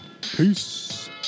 Peace